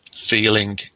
feeling